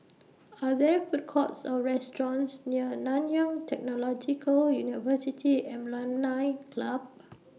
Are There Food Courts Or restaurants near Nanyang Technological University Alumni Club